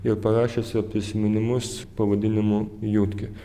ir parašęs jo prisiminimus pavadinimu judkė